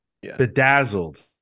bedazzled